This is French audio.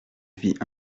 vis